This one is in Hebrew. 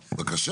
בבקשה.